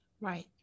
right